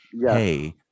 Hey